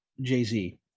Jay-Z